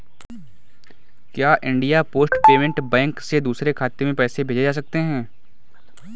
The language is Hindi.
क्या इंडिया पोस्ट पेमेंट बैंक से दूसरे खाते में पैसे भेजे जा सकते हैं?